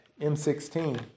M16